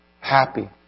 Happy